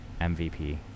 MVP